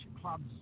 clubs